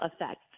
effect